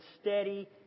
steady